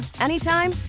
anytime